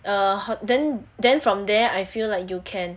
err ho~ then then from there I feel like you can